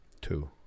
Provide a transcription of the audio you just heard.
Two